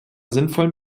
sinnvollen